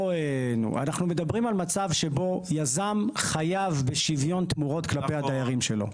אנחנו מדברים על מצב בו יזם חייב בשוויון תמורות כלפי הדיירים שלו.